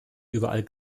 überall